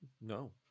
No